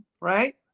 right